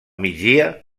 migdia